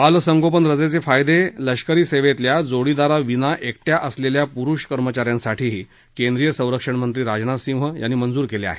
बाल संगोपन रजेचे फायदे लष्करी सेवेतल्या जोडीदाराविना एकट्या असलेल्या पुरुष कर्मचाऱ्यांसाठीही केंद्रीय संरक्षण मंत्री राजनाथ सिंह यांनी मंजूर केले आहेत